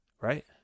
right